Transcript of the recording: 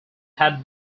had